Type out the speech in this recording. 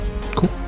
cool